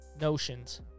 notions